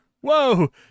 Whoa